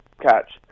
catch